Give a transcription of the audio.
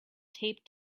taped